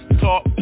talk